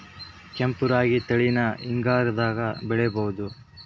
ಕೆಂಪ ರಾಗಿ ತಳಿನ ಹಿಂಗಾರದಾಗ ಬೆಳಿಬಹುದ?